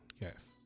Yes